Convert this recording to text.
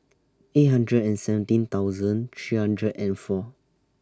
eight hundred and seventeen thousand three hundred and four